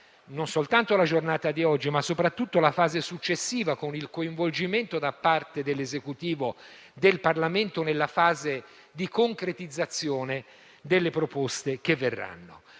non soltanto la giornata di oggi, ma soprattutto la fase successiva, con il coinvolgimento del Parlamento, da parte dell'Esecutivo, nella fase di concretizzazione delle proposte che verranno.